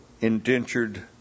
indentured